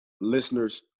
listeners